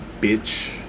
bitch